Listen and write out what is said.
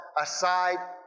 aside